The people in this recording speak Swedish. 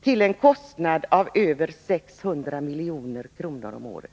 till en kostnad på över 600 milj.kr. om året.